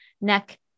neck